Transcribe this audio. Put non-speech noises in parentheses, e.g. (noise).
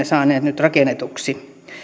(unintelligible) saaneet nyt rakennetuksi